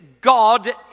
God